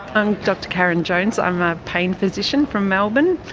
i'm dr karen jones. i'm a pain physician from melbourne,